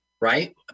right